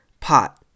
pot